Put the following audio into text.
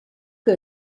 que